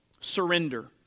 Surrender